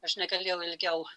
aš negalėjau ilgiau